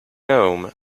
home